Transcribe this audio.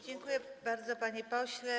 Dziękuję bardzo, panie pośle.